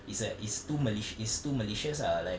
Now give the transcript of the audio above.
it's err it's too malici~ it's too malicious ah like